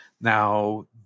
Now